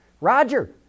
Roger